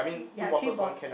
ya ya three bott~